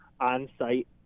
on-site